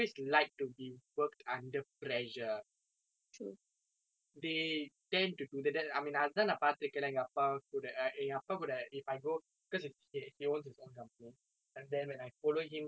they tend to do that I mean அது தான் நான் பார்த்திருக்கிறேன் எங்க அப்பா கூட என் அப்பா கூட:athu thaan naan paartthirukkiren enga appa kuda en appa kuda if I go because is he owns his own company and then when I follow him to his workplace and all the amount of pressure he have